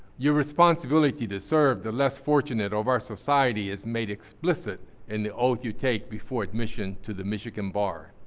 your responsibility to serve the less fortunate of our society is made explicit in the oath you take before admission to the michigan bar.